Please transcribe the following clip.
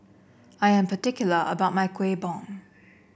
I am particular about my Kuih Bom